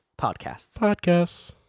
Podcasts